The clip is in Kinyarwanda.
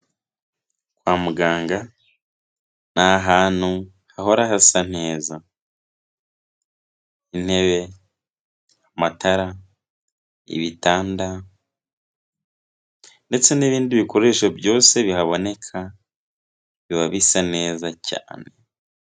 Kwa muganga ni ahantu hahora hasa neza intebe, amatara, ibitanda ndetse n'ibindi bikoresho byose bihaboneka biba bisa neza cyane.